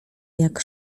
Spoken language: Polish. jak